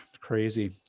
Crazy